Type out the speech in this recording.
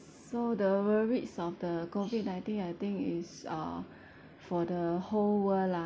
so the worries of the COVID nineteen I think is uh for the whole world lah